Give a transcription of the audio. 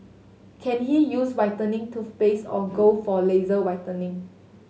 can he use whitening toothpaste or go for laser whitening